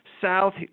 South